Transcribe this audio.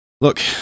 look